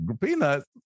peanuts